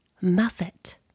Muffet